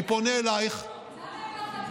למה הם לא חתמו?